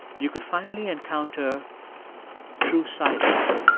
you could finally encounter true silence,